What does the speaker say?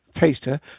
taster